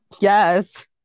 yes